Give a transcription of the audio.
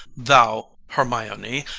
thou, hermione,